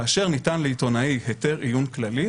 כאשר ניתן לעיתונאי היתר עיון כללי,